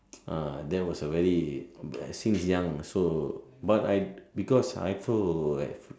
ah that was a very since young so but I because I also have